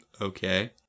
Okay